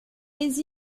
les